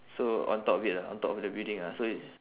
so on top of it ah on top of the building ah so it